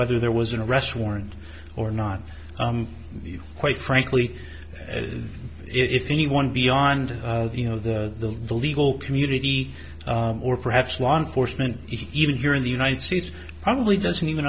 whether there was an arrest warrant or not quite frankly if anyone beyond you know the legal community or perhaps law enforcement even here in the united states probably doesn't even